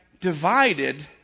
divided